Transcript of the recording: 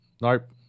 nope